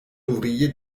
ouvrier